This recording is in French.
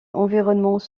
environnements